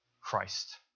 Christ